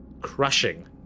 crushing